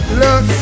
look